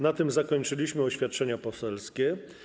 Na tym zakończyliśmy oświadczenia poselskie.